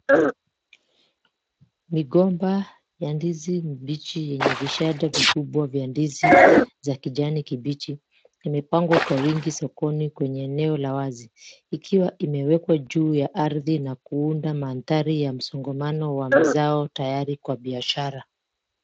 Migomba ya ndizi mbichi yenye vishata vikubwa vya ndizi za kijani kibichi, vumepangwa kwa wingi sokoni kwenye eneo la wazi. Ikiwa imewekwa juu ya ardhi, na kuunda mandhari ya msongumano wa mzao tayari kwa biashara.